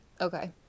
Okay